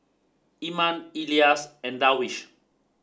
Iman Elyas and Darwish